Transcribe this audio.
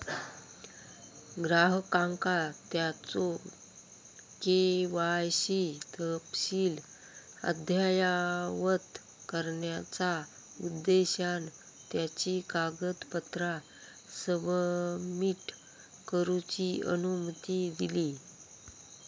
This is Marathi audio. ग्राहकांका त्यांचो के.वाय.सी तपशील अद्ययावत करण्याचा उद्देशान त्यांची कागदपत्रा सबमिट करूची अनुमती दिली